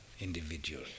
individual